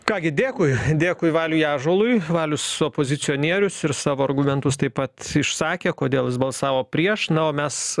ką gi dėkui dėkui valiui ąžuolui valius opozicionierius ir savo argumentus taip pat išsakė kodėl jis balsavo prieš na o mes